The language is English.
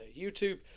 YouTube